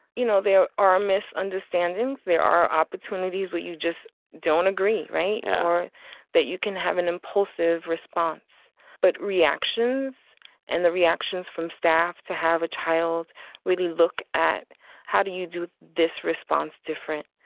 you know, there are mis understandings. there are opportunities where you just don't agree. right. yeah or that you can have an impulsive response but reactions and the reactions from staff to have a child really look at how do you do this response different.